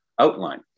outline